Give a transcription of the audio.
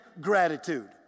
gratitude